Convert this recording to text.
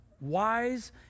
wise